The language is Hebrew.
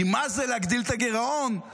כי מה זה להגדיל את הגירעון אם